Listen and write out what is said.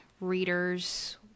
readers